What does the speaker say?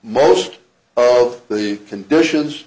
most of the conditions